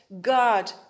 God